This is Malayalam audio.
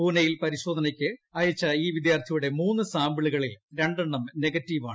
പൂനെയിൽ പരിശോധനയ്ക്ക് അയച്ച ഈ വിദ്യാർത്ഥിയുടെ മൂന്ന് സാമ്പിളുകളിൽ രണ്ടെണ്ണം നെഗറ്റീവാണ്